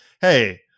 hey